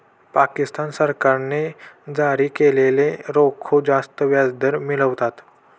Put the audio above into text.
पाकिस्तान सरकारने जारी केलेले रोखे जास्त व्याजदर मिळवतात